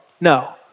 No